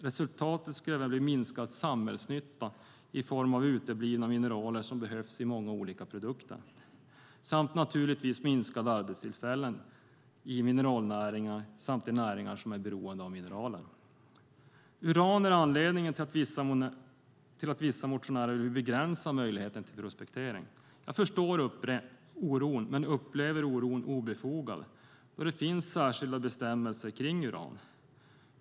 Resultatet skulle även bli minskad samhällsnytta i form av uteblivna mineraler som behövs i många olika produkter samt naturligtvis minskade arbetstillfällen i mineralnäringen och i de näringar som är beroende av mineraler. Uran är anledningen till att vissa motionärer vill begränsa möjligheterna till prospektering. Jag förstår oron men upplever den som obefogad, eftersom det finns särskilda bestämmelser när det gäller uran.